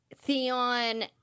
Theon